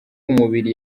umubiri